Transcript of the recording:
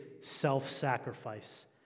self-sacrifice